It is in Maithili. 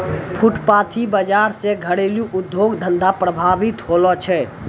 फुटपाटी बाजार से घरेलू उद्योग धंधा प्रभावित होलो छै